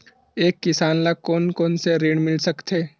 एक किसान ल कोन कोन से ऋण मिल सकथे?